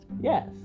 yes